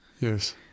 Yes